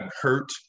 hurt